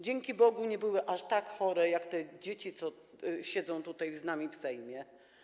Dzięki Bogu nie były aż tak chore, jak te dzieci, które siedzą tutaj z nami w Sejmie.